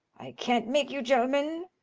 i can't make you, gen'lemen.